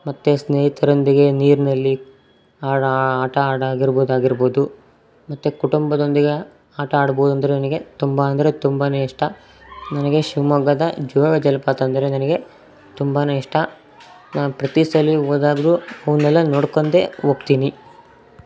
ಮತ್ತು ಸ್ನೇಹಿತರೊಂದಿಗೆ ನೀರಿನಲ್ಲಿ ಆಡೋ ಆಟ ಆಡಾಗಿರ್ಬೋದು ಆಗಿರ್ಬೋದು ಮತ್ತು ಕುಟುಂಬದೊಂದಿಗೆ ಆಟ ಆಡ್ಬೋದು ಅಂದರೆ ನನಗೆ ತುಂಬ ಅಂದರೆ ತುಂಬಾ ಇಷ್ಟ ನನಗೆ ಶಿವಮೊಗ್ಗದ ಜೋಗ ಜಲಪಾತ ಅಂದರೆ ನನಗೆ ತುಂಬಾ ಇಷ್ಟ ನಾನು ಪ್ರತಿ ಸಲ ಹೋದಾಗಲೂ ಅವನ್ನೆಲ್ಲ ನೋಡ್ಕೊಂಡೇ ಹೋಗ್ತೀನಿ